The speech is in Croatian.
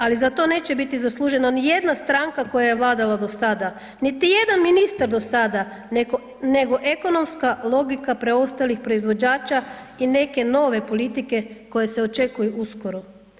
Ali za to neće biti zaslužena ni jedna stranka koja je vladala do sada, niti jedan ministar do sada, nego ekonomska logika preostalih proizvođača i neke nove politike koje se očekuju uskoro.